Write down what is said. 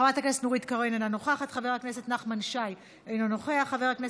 חבר הכנסת ישראל אייכלר, אינו נוכח,